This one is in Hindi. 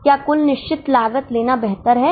क्या कुल निश्चित लागत लेना बेहतर है